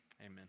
Amen